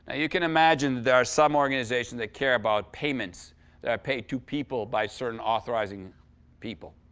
you can imagine there are some organizations that care about payments that pay two people by certain authorizing people.